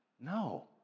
No